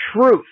truth